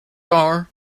are